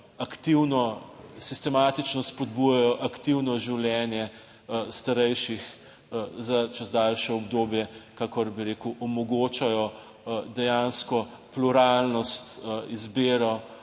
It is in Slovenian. aktivno, sistematično spodbujajo aktivno življenje starejših za čez daljše obdobje, kakor, bi rekel, omogočajo dejansko pluralnost, izbiro